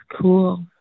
Cool